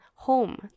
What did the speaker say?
home